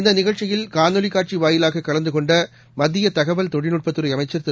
இந்த நிகழ்ச்சியில் காணொலி காட்சி வாயிலாக கலந்து கொண்ட மத்திய தகவல் தொழில்நுட்பத்துறை அமைச்சர் திரு